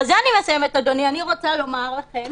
בזה אני מסיימת אדוני, אני רוצה לומר לכם